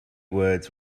words